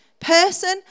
person